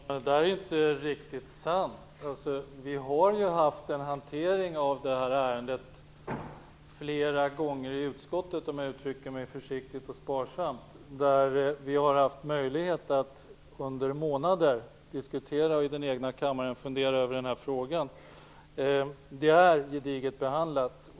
Fru talman! Det här är inte riktigt sant. Vi har haft en hantering av det här ärendet flera gånger i utskottet - om jag uttrycker mig försiktigt och sparsamt - där vi har haft möjlighet att under månader diskutera och på den egna kammaren fundera över den här frågan. Den är gediget behandlad.